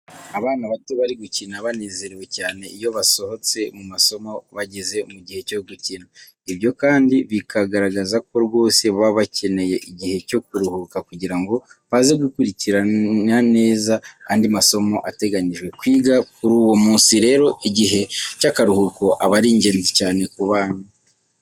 Abana baba bari gukina banezerewe, cyane iyo basohotse mu masomo bageze mu gihe cyo gukina. Ibyo kandi bikagaragaza ko rwose baba bakeneye igihe cyo kuruhuka kugira ngo baze gukurikirana neza andi masomo ateganyijwe kwiga kuri uwo munsi, rero igihe cy'akaruhuko aba ari ingenzi cyane ku bana.